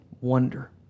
wonder